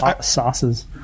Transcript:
sauces